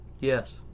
Yes